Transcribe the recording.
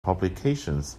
publications